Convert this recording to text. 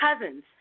cousins